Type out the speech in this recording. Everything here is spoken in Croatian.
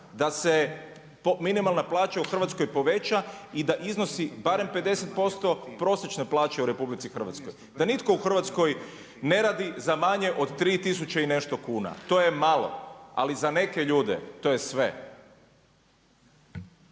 da se minimalna plaća u Hrvatskoj poveća i da iznosi barem 50% prosječne plaće u RH. Da nitko u Hrvatskoj ne radi za manje od 3 tisuće i nešto kuna, to je malo ali za neke ljude to je sve.